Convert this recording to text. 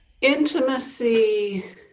intimacy